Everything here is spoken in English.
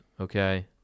okay